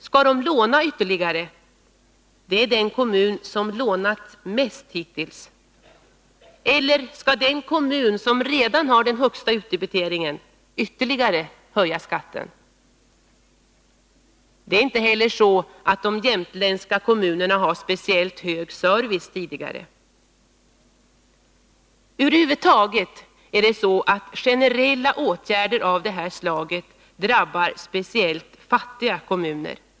Skall de låna ytterligare? Det är den kommun som lånat mest hittills. Eller skall den kommun som redan har den högsta utdebiteringen ytterligare höja skatten? Det är inte heller så att de jämtländska kommunerna har speciellt hög service tidigare. Över huvud taget drabbar generella åtgärder av det här slaget speciellt fattiga kommuner.